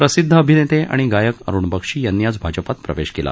प्रसिद्ध अभिनेते आणि गायक अरुण बक्षी यातीआज भाजपात प्रवेश केला